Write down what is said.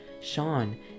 Sean